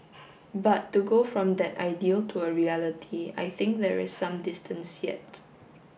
but to go from that ideal to a reality I think there is some distance yet